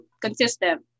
consistent